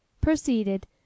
proceeded